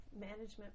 management